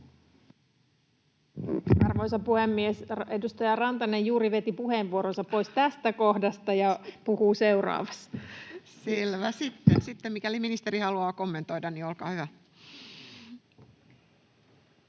Arvoisa puhemies! Edustaja Rantanen juuri veti puheenvuoronsa pois tästä kohdasta ja puhuu seuraavassa. — Puhemies naurahtaa] — Selvä. — Sitten, mikäli ministeri haluaa kommentoida, niin olkaa hyvä.